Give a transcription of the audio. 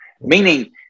Meaning